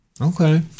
Okay